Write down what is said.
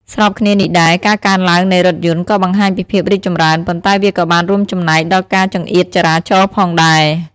ស្របគ្នានេះដែរ ការកើនឡើងនៃ រថយន្ត ក៏បង្ហាញពីភាពរីកចម្រើន ប៉ុន្តែវាក៏បានរួមចំណែកដល់ការចង្អៀតចរាចរណ៍ផងដែរ។